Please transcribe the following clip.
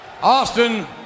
Austin